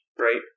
right